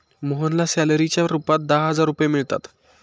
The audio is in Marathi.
मोहनला सॅलरीच्या रूपात दहा हजार रुपये मिळतात